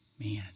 Man